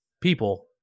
people